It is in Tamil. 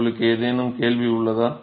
உங்களுக்கு ஏதேனும் கேள்வி உள்ளதா